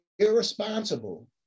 irresponsible